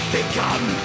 Become